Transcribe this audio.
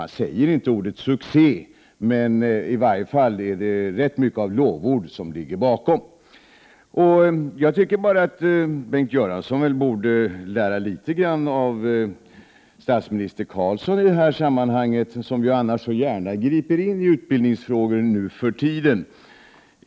Han nämner inte ordet succé, men det ligger i varje fall mycket lovord bakom det han säger. Bengt Göransson borde lära litet av statsminister Carlsson i detta sammanhang, som annars så gärna griper in i utbildningsfrågor nu för tiden.